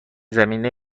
زمینه